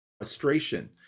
frustration